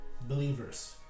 believers